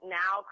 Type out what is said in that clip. now